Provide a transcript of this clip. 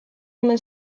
omen